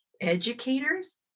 educators